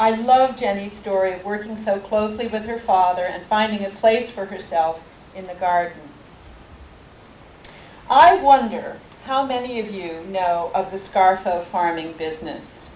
i loved any story working so closely with her father and finding a place for herself in the car i wonder how many of you know of the scarfo farming business